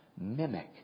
mimic